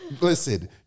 Listen